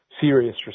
serious